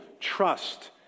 trust